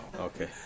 Okay